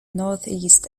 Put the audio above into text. northeast